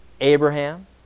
Abraham